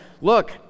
look